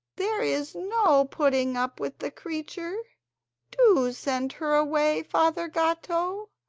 there is no putting up with the creature do send her away, father gatto!